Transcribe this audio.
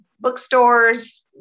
bookstores